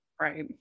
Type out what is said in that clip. right